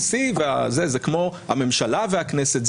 זה כמו הממשלה והכנסת,